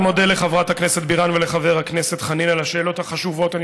אני מודה לחברת הכנסת בירן ולחבר הכנסת חנין על השאלות החשובות שלהם,